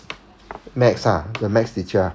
maths ah the maths teacher